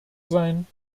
sein